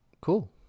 Cool